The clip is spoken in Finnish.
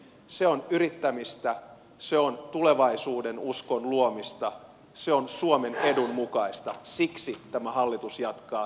se on yrittämistä se on tulevaisuudenuskon luomista se on suomen edun mukaista siksi tämä hallitus jatkaa seuraavat seitsemän kuukautta